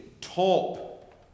top